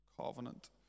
covenant